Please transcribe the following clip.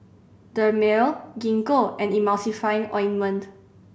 Dermale Gingko and Emulsying Ointment